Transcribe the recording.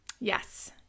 Yes